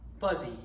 fuzzy